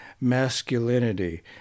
masculinity